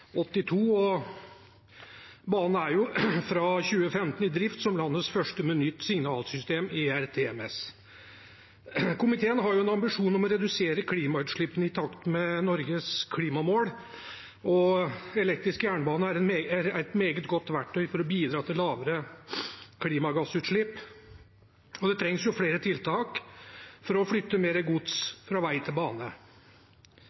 og banen er fra 2015 i drift som landets første med nytt signalsystem, ERTMS. Komiteen har en ambisjon om å redusere klimagassutslippene i takt med Norges klimamål, og elektrisk jernbane er et meget godt verktøy for å bidra til lavere klimagassutslipp. Og det trengs flere tiltak for å flytte mer gods